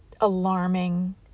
alarming